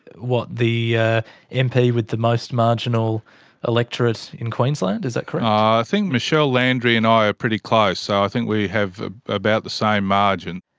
what, the ah mp with the most marginal electorate in queensland, is that correct? ah i think michelle landry and i are pretty close so i think we have about the same margin.